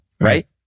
right